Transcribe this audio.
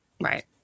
Right